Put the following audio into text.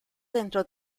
dentro